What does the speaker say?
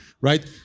Right